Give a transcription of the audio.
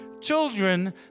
children